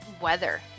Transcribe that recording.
weather